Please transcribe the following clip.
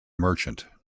merchant